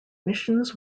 missions